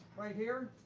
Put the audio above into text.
right here.